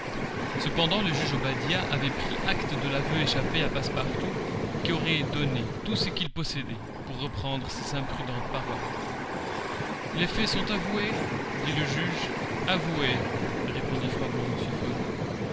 cependant le juge obadiah avait pris acte de l'aveu échappé à passepartout qui aurait donné tout ce qu'il possédait pour reprendre ses imprudentes paroles les faits sont avoués dit le juge avoués répondit froidement mr fogg